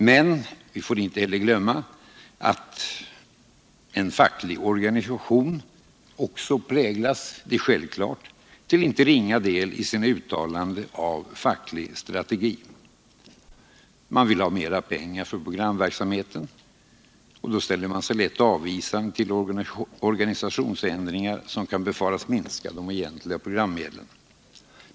Men vi får inte glömma att en facklig organisation också — det är självklart — till icke ringa del i sina uttalanden präglas av facklig strategi. Man vill ha mer pengar för programverksamheten, och då ställer man sig lätt avvisande till organisationsändringar, som kan befaras minska de egentliga programmedlen.